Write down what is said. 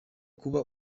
kuba